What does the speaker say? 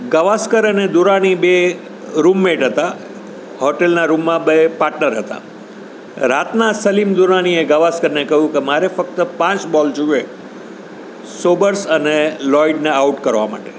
ગાવસ્કર અને દુરાની બે રુમમેટ હતા હોટેલનાં રૂમમાં બેય પાર્ટનર હતા રાતનાં સલીમ દુરાનીએ ગાવસ્કરને કહ્યું કે મારે ફક્ત પાંચ બોલ જોઈએ સોબર્સ અને લોઇડને આઉટ કરવા માટે